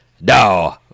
No